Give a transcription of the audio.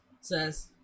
says